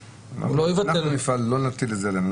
לא נטיל את זה עליהם.